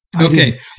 Okay